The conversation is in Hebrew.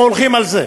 או הולכים על זה?